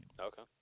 okay